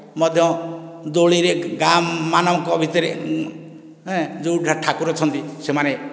ମଧ୍ୟ ଦୋଳିରେ ଗାଁ ମାନଙ୍କ ଭିତରେ ଏଁ ଯେଉଁ ଠାକୁର ଅଛନ୍ତି ସେମାନେ